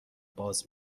باز